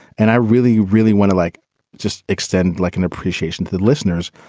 and i really, really want to like just extend like an appreciation to the listeners,